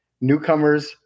newcomers